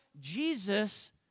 Jesus